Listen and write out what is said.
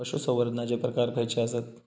पशुसंवर्धनाचे प्रकार खयचे आसत?